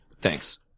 Thanks